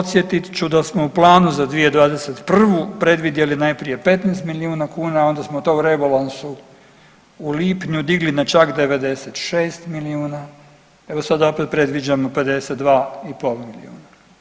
Podsjetit ću da smo u planu za 2021. predvidjeli najprije 15 milijuna kuna, a onda smo to u rebalansu u lipnju digli na čak 96 milijuna, evo sad opet predviđamo 52,5 milijuna.